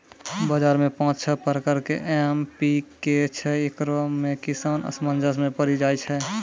बाजार मे पाँच छह प्रकार के एम.पी.के छैय, इकरो मे किसान असमंजस मे पड़ी जाय छैय?